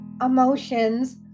emotions